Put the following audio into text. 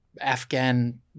Afghan